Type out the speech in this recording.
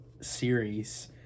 series